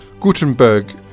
Gutenberg